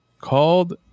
called